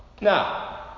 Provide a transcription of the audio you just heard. Now